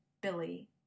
Billy